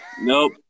nope